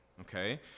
okay